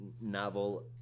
novel